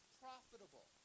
profitable